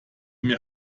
mir